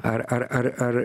ar ar ar ar